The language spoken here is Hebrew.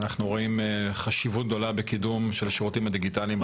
ואנחנו רואים חשיבות גדולה בקידום השירותים הדיגיטליים בחברה הערבית.